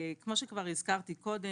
כמו שכבר הזכרתי קודם,